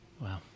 Wow